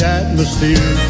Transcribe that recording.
atmosphere